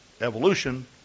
evolution